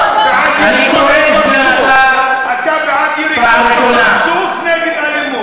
אין סיבה, הוא הביע דעה: יריקה בפרצוף, הבעת דעה.